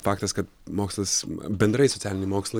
faktas kad mokslas bendrai socialiniai mokslai